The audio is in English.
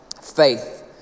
faith